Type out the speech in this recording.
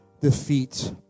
defeat